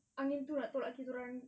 angin tu nak tolak kita orang